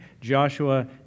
Joshua